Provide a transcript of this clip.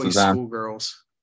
schoolgirls